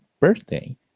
birthday